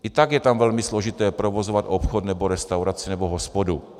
I tak je tam velmi složité provozovat obchod nebo restauraci nebo hospodu.